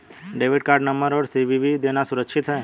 Debit card number और CVV देना सुरक्षित है?